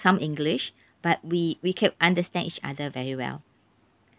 some english but we we can understand each other very well